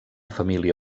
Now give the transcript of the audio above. família